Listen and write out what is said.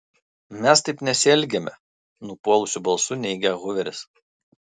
mes taip nesielgiame nupuolusiu balsu neigia huveris